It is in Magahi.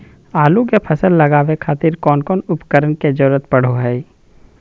आलू के फसल लगावे खातिर कौन कौन उपकरण के जरूरत पढ़ो हाय?